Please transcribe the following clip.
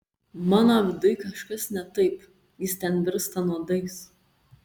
mano viduj kažkas ne taip jis ten virsta nuodais